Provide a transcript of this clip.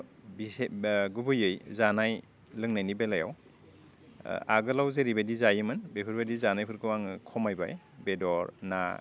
बिसो बा गुबैयै जानाय लोंनायनि बेलायाव आगोलाव जेरैबायदि जायोमोन बेफोरबायदि जानायफोरखौ आङो खमायबाय बेदर ना